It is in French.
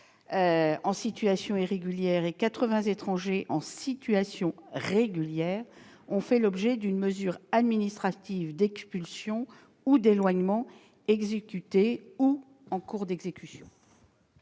en situation irrégulière et 80 étrangers en situation régulière ont fait l'objet d'une mesure administrative d'expulsion ou d'éloignement, que celle-ci soit exécutée ou en cours d'exécution.